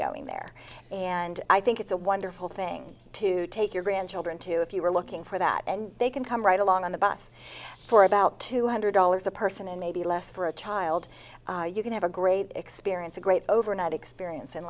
going there and i think it's a wonderful thing to take your grandchildren to if you are looking for that and they can come right along on the bus for about two hundred dollars a person and maybe less for a child you can have a great experience a great overnight experience in